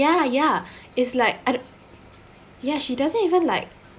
ya ya it's like ya she doesn't even like